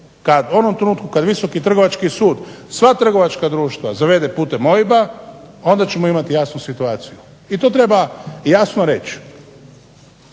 u onom trenutku kad Visoki trgovački sud, sva trgovačka društva zavede putem OIB-a onda ćemo imati jasnu situaciju. I to treba jasno reći.